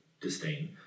disdain